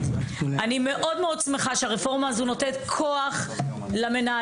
אני מאוד מאוד שמחה שהרפורמה הזו נותנת כוח למנהלים.